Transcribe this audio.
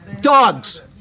Dogs